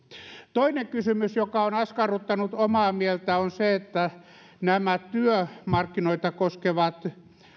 toinen kysymys joka on askarruttanut omaa mieltä on se että nämä työmarkkinoita koskevat